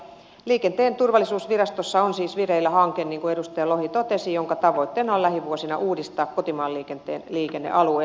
liikenteen turvallisuusvirastossa on siis vireillä hanke niin kuin edustaja lohi totesi jonka tavoitteena on lähivuosina uudistaa kotimaanliikenteen liikennealueet